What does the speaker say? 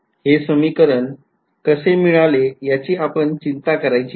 हे समीकरण कसे मिळाले त्याची आपण चिंता नाही करायची